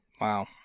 Wow